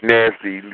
Nasty